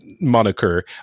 moniker